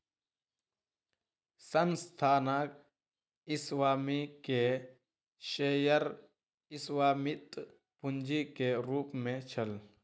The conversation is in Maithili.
संस्थानक स्वामी के शेयर स्वामित्व पूंजी के रूप में छल